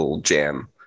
jam